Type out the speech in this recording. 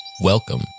Welcome